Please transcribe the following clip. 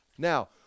Now